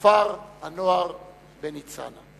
כפר-הנוער בניצנה.